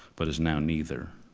but is now neither.